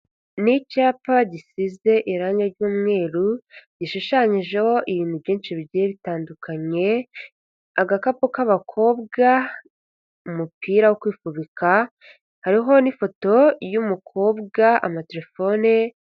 Ni icyapa gisize irangi ry'umweru gishushanyijeho ibintu byinshi bigiye bitandukanye, agakapu k'abakobwa, umupira wo kwifubika, hariho n'ifoto y'umukobwa, amatelefone.